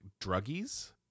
druggies